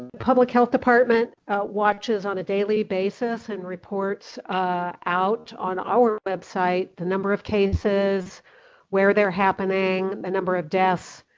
public health department watches on a daily basis and reports out on our website the number of cases where, where they are happening, the number of deaths.